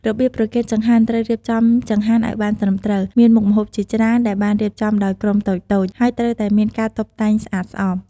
របៀបប្រគេនចង្ហាន់ត្រូវរៀបចំចង្ហាន់ឲ្យបានត្រឹមត្រូវ មានមុខម្ហូបជាច្រើន ដែលបានរៀបចំដោយក្រុមតូចៗ ហើយត្រូវតែមានការតុបតែងស្អាតស្អំ។